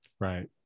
Right